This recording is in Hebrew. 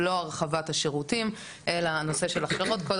לא הרחבת השירותים, אלא הנושא של הכשרות.